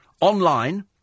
Online